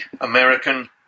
American